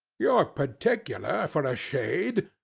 you're particular, for a shade.